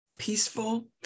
peaceful